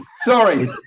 Sorry